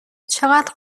چقدر